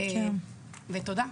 תודה.